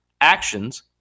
Actions